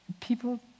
people